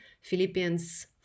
Philippians